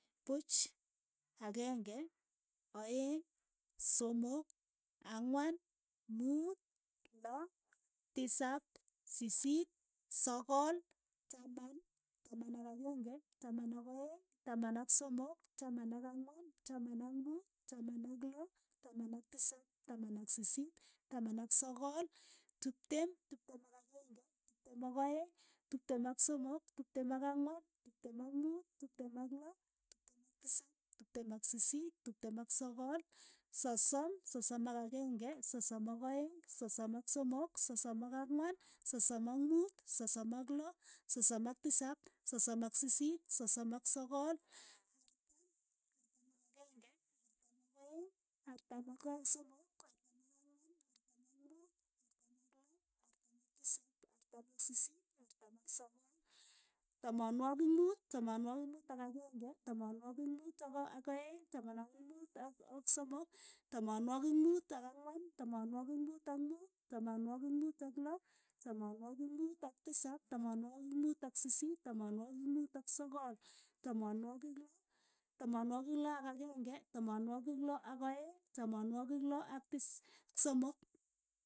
Puuch, akeng'e, aeng', somok, ang'wan, muut, loo, tisap, sisiit, sogol, taman, taman ak akenge, taman ak aeng, taman ak somok, taman ak ang'wan, taman ak muut, taman ak loo, taman ak tisap, taman ak sisiit, taman ak sogol, tiptem, tiptem ak akeng'e, tiptem ak aeng', tiptem ak somok, tiptem ak ang'wan, tiptem ak muut, tiptem ak loo, tiptem ak tisap, tiptem ak sisiit, tiptem ak sogol, sosom, sosom ak akenge, sosom ak aeng', sosom ak somok, sosom ak ang'wan, sosom ak muut, sosom ak loo, sosom ak tisap, sosom ak sisiit, sosom ak sogol, artam, artam ak akeng'e, artam ak aeng' artam ak somok, artam ak ang'wan, artam ak muut, artam ak loo, artam ak tisap, artam ak sisiit, artam ak sogol, tamanwagik muut, tamanwagik muut ak akeng'e. tamanwagik muut ak aeng', tamanwagik muut ak somok, tamanwagik muut ak ang'wan, tamanwagik muut ak muut, tamanwagik muut ak loo, tamanwagik muut ak tisap, tamanwagik muut ak sisiit, tamanwagik muut ak sogol, tamanwogik loo, tamanwogik loo ak akeng'e, tamanwogik loo ak aeng', tamanwogik loo ak tis somok.